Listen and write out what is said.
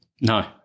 No